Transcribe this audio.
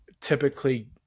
typically